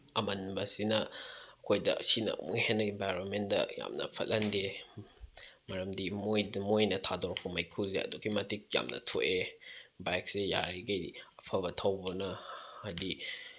ꯑꯃꯟꯕꯁꯤꯅ ꯑꯩꯈꯣꯏꯗ ꯁꯤꯅ ꯑꯃꯨꯛ ꯍꯦꯟꯅ ꯑꯦꯟꯚꯥꯏꯔꯣꯟꯃꯦꯟꯗ ꯌꯥꯝꯅ ꯐꯠꯂꯟꯗꯦ ꯃꯔꯝꯗꯤ ꯃꯣꯏꯅ ꯊꯥꯗꯣꯔꯛꯄ ꯃꯩꯈꯨꯁꯦ ꯑꯗꯨꯛꯀꯤ ꯃꯇꯤꯛ ꯌꯥꯝꯅ ꯊꯣꯛꯑꯦ ꯕꯥꯏꯛꯁꯦ ꯌꯥꯔꯤꯈꯩ ꯑꯐꯕ ꯊꯧꯕꯅ ꯍꯥꯏꯗꯤ